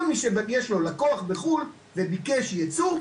כל מי שיש לו לקוח בחו"ל וביקש ייצוא,